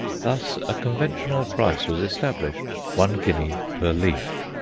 thus a conventional price was established one guinea per leaf.